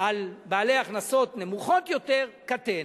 על בעלי הכנסות נמוכות יותר קטן.